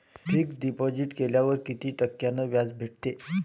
Fix deposit केल्यावर कितीक टक्क्यान व्याज भेटते?